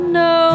no